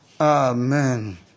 Amen